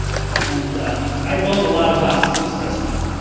and i'd boned a lot of ducks at this restaurant.